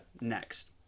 next